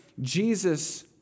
Jesus